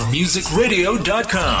Musicradio.com